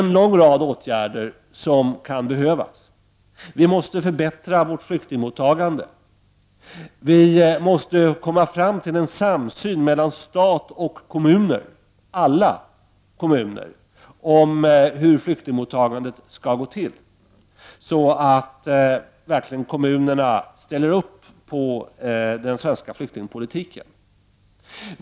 En lång rad åtgärder kan behöva vidtas. Vi måste förbättra vårt flyktingmottagande. Vi måste komma fram till en samsyn mellan stat och kommuner, alla kommuner, om hur flyktingmottagandet skall gå till, så att kommunerna ställer sig bakom den svenska flyktingpolitiken.